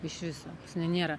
iš viso nu nėra